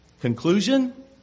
Conclusion